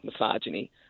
misogyny